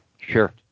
Sure